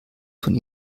von